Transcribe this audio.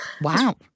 wow